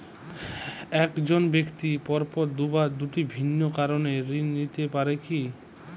এক জন ব্যক্তি পরপর দুবার দুটি ভিন্ন কারণে ঋণ নিতে পারে কী?